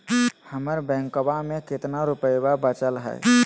हमर बैंकवा में कितना रूपयवा बचल हई?